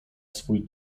swój